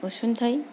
अनसुंथाइ